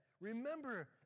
Remember